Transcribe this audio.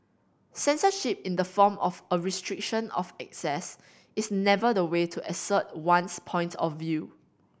censorship in the form of a restriction of access is never the way to assert one's point of view